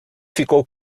ficou